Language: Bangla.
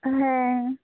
হ্যাঁ